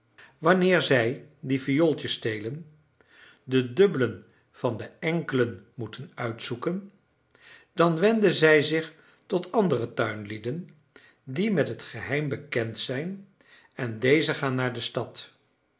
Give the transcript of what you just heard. wanneer zij die viooltjes telen de dubbelen van de enkelen moeten uitzoeken dan wenden zij zich tot andere tuinlieden die met het geheim bekend zijn en deze gaan naar de stad